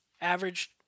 average